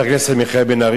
ומי שלא מבין בזה?